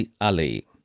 Ali